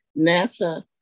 NASA